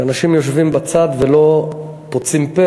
כשאנשים יושבים בצד ולא פוצים פה,